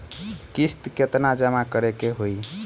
किस्त केतना जमा करे के होई?